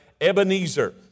Ebenezer